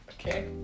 Okay